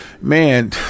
Man